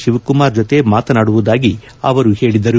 ಶಿವಕುಮಾರ್ ಜೊತೆ ಮಾತನಾಡುವುದಾಗಿ ಅವರು ಹೇಳಿದರು